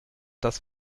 das